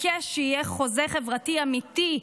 מתעקש שיהיה חוזה חברתי אמיתי,